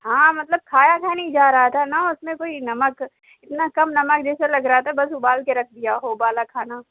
ہاں مطلب کھایا سا نہیں جا رہا تھا نہ اس میں کوئی نمک اتنا کم نمک جیسے لگ رہا تھا بس ابال کے رکھ دیا ہو ابالا کھانا